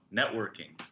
networking